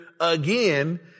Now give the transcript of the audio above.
again